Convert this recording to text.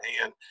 hand